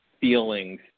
feelings